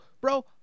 bro